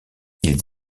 ils